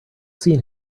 seen